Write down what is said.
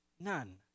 none